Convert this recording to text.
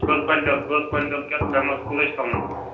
کٔژ کۅینٹل کٔژ کۄینٛٹَل کیٛاہ کَمہِ منٛزٕ کوٗتاہ چھُو تھاوُن